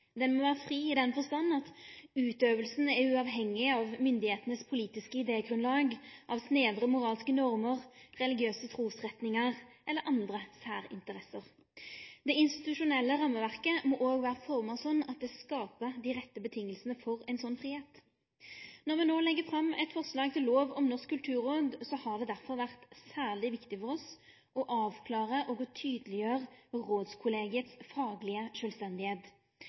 fri i den forstand at det å utøve kunsten er uavhengig av myndigheitenes politiske idégrunnlag, av snevre moralske normer, av religiøse trusretningar eller av andre særinteresser. Det institusjonelle rammeverket må òg vere forma slik at det skaper dei rette vilkåra for ein slik fridom. Når me no legg fram eit forslag til lov om Norsk kulturråd, har det derfor vore særleg viktig for oss å avklare og tydeleggjere rådskollegiets faglege